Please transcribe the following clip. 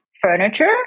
furniture